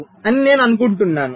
5 అని నేను అనుకుంటాను